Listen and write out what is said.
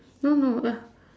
no no uh